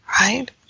right